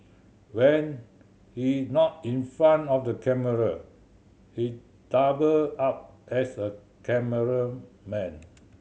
when he not in front of the camera he double up as a cameraman